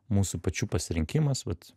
mūsų pačių pasirinkimas vat